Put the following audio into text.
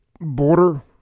border